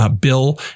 bill